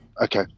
okay